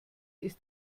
ist